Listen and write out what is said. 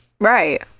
Right